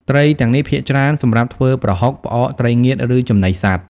ត្រីទាំងនេះភាគច្រើនសម្រាប់ធ្វើប្រហុក ផ្អក ត្រីងៀត ឬចំណីសត្វ។